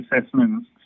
assessments